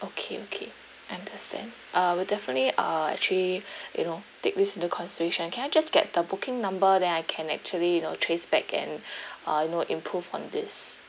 okay okay understand uh we'll definitely uh actually you know take this into consideration can I just get the booking number then I can actually you know trace back and uh you know improve on this